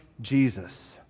Jesus